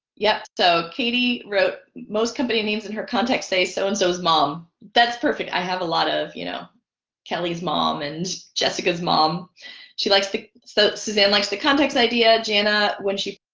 yeah so katie wrote most company names in her context say so and so is mom that's perfect i have a lot of you know kelly's mom and jessica's mom she likes to so susan likes the context idea jana when she